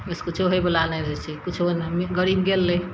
ओइसँ कुछो होइवला नहि रहय छै ने कुछो गरीब गेलय